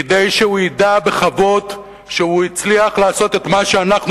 כדי שהוא ידע בכבוד שהוא הצליח לעשות את מה שאנחנו,